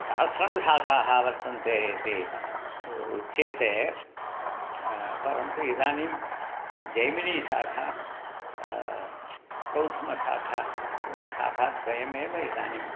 सहस्रं शाखाः वर्तन्ते इति उच्यते परन्तु इदानीं जैमिनीशाखा शाखा कौथुमीयशाखा इति शाखाद्वयमेव इदानीम्